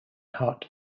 hut